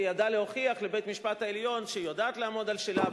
היא ידעה להוכיח לבית-המשפט העליון שהיא יודעת לעמוד על שלה,